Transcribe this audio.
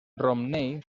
romney